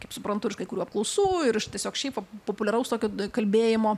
kaip suprantu ir iš kai kurių apklausų ir iš tiesiog šiaip populiaraus tokio kalbėjimo